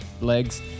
legs